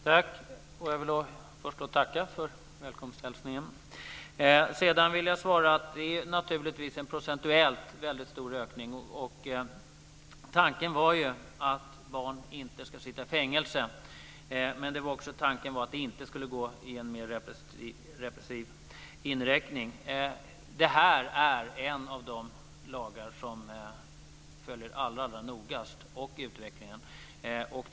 Herr talman! Jag vill först tacka för välkomsthälsningen. Procentuellt är det naturligtvis en väldigt stor ökning. Tanken var ju att barn inte ska sitta i fängelse. Men tanken var också att det inte skulle gå i en mer repressiv inriktning. Det här är en av de lagar där vi följer utvecklingen allra noggrannast.